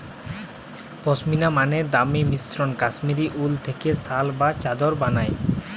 পশমিনা মানে দামি মসৃণ কাশ্মীরি উল থেকে শাল বা চাদর বানায়